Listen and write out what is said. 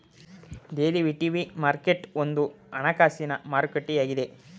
derivative market ಒಂದು ಹಣಕಾಸಿನ ಮಾರುಕಟ್ಟೆಯಾಗಿದೆ